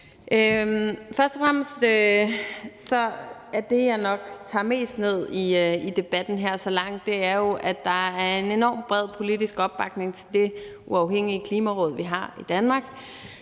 Først og fremmest er det, jeg nok tager mest ned fra debatten her indtil videre, at der jo er en enormt bred politisk opbakning til det uafhængige Klimaråd, vi har i Danmark.